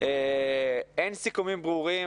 אין סיכומים ברורים,